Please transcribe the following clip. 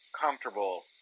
comfortable